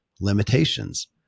limitations